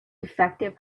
defective